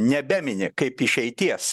nebemini kaip išeities